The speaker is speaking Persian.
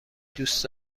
دوست